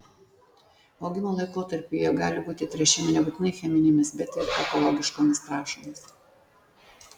augimo laikotarpiu jie gali būti tręšiami nebūtinai cheminėmis bet ir ekologiškomis trąšomis